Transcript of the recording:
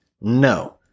No